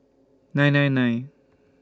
nine nine nine